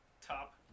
Top